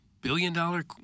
billion-dollar